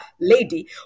lady